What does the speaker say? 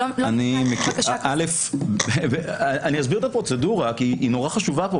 אני אסביר את הפרוצדורה כי היא מאוד חשובה כאן.